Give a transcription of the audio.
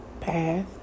path